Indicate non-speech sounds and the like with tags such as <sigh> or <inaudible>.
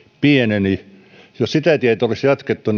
pieneni jos sitä tietä olisi jatkettu <unintelligible>